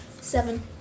Seven